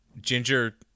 Ginger